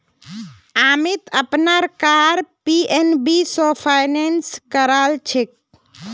अमीत अपनार car PNB स finance करालछेक